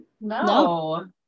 No